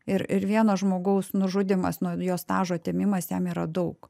ir ir vieno žmogaus nužudymas nu jo stažo atėmimas jam yra daug